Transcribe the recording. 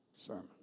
sermon